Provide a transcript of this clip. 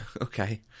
Okay